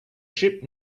ship